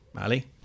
Ali